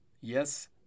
Yes